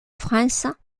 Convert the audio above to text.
france